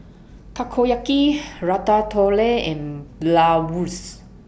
Takoyaki Ratatouille and Bratwurst